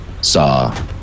saw